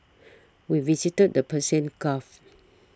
we visited the Persian Gulf